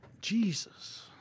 Jesus